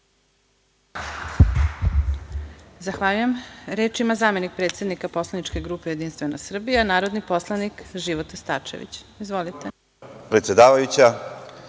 Zahvaljujem. Reč ima zamenik predsednika posleničke grupe Jedinstvena Srbija, narodni poslanik Života Starčević. Izvolite. **Života